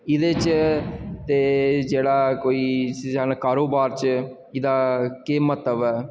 ते एह्दे च ते जेह्ड़ा कोई जां इस कारोबार च एह्दा केह् मैहत्व ऐ